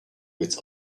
with